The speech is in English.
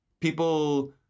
people